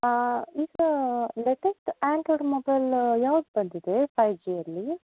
ಹಾಂ ಈಗ latest Android mobile ಯಾವ್ದು ಬಂದಿದೆ ಫೈವ್ ಜಿಯಲ್ಲಿ